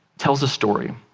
tells a story.